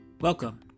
Welcome